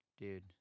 Dude